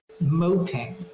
moping